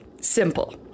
Simple